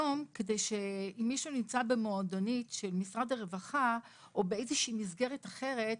אם היום מישהו נמצא במועדונית של משרד הרווחה או באיזושהי מסגרת אחרת,